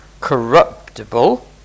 corruptible